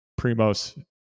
Primos